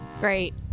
Great